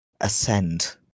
ascend